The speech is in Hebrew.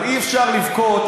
אבל אי-אפשר לבכות,